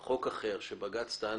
נתפס.